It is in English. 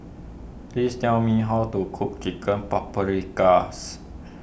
please tell me how to cook Chicken Paprikas